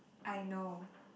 I know